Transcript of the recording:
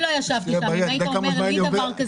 שלי, שבעבר כבר היה דבר כזה.